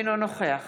אינו נוכח